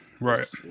Right